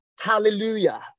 Hallelujah